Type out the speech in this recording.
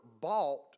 bought